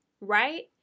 right